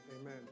Amen